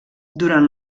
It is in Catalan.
durant